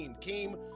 came